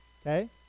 okay